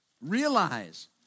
Realize